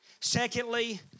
Secondly